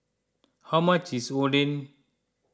how much is Oden